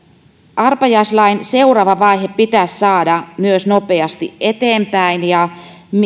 arpajaislain seuraava vaihe pitäisi saada nopeasti eteenpäin ja